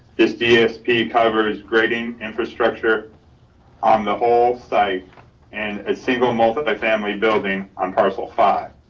this dsp covers grading infrastructure on the whole site and a single multifamily building on parcel five.